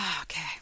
Okay